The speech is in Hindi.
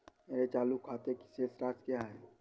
मेरे चालू खाते की शेष राशि क्या है?